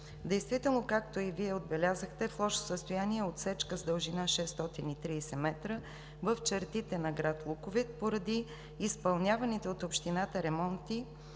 Действително, както и Вие отбелязахте, в лошо състояние е отсечка с дължина 630 м в чертите на град Луковит поради изпълняваните от общината ремонти